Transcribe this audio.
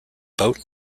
boat